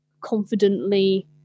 confidently